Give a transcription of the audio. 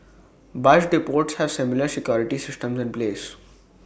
bus depots have similar security systems in place